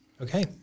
Okay